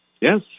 Yes